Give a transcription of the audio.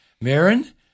Maren